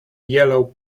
yellow